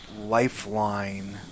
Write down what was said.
lifeline